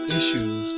issues